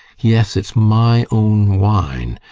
yes, it's my own wine,